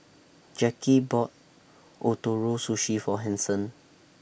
Jacki bought Ootoro Sushi For Hanson